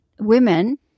women